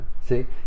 See